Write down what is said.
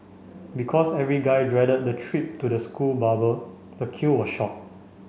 because every guy dreaded the trip to the school barber the queue was short